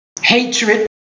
hatred